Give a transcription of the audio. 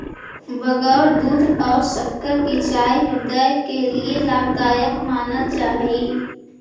बगैर दूध और शक्कर की चाय हृदय के लिए लाभदायक मानल जा हई